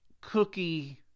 cookie